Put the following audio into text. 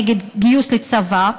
נגד גיוס לצבא,